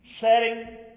Setting